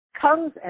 comes